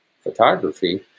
photography